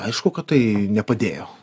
aišku kad tai nepadėjo